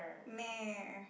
mare